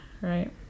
Right